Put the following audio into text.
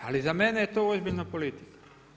Ali za mene je to ozbiljna politika.